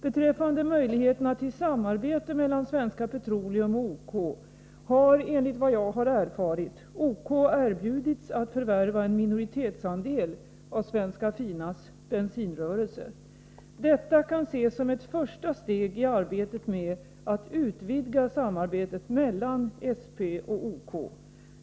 Beträffande möjligheterna till samarbete mellan Svenska Petroleum och OK har, enligt vad jag erfarit, OK erbjudits att förvärva en minoritetsandel av Svenska Finas bensinrörelse. Detta kan ses som ett första steg i arbetet med att utvidga samarbetet mellan SP och OK.